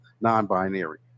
non-binary